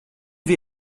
wir